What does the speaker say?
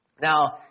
Now